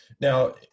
Now